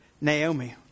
Naomi